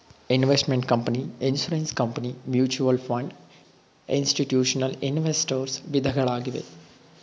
investment company, insurance company, mutual fund, institutional investors ವಿಧಗಳಾಗಿವೆ